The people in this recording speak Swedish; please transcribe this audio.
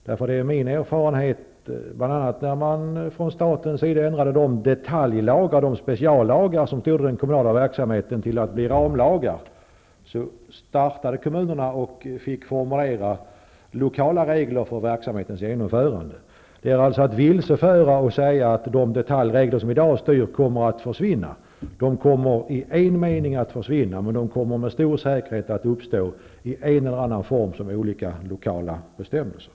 Det är min erfarenhet att t.ex. när staten ändrade de speciallagar som reglerade den kommunala verksamheten till att bli ramlagar, satte kommunerna i gång med att formulera lokala regler för verksamhetens genomförande. Det är alltså vilseledande att säga att de detaljregler som i dag styr kommer att försvinna. De kommer att göra det i en mening, men de kommer med stor säkerhet att bestå i en eller annan form som lokala bestämmelser.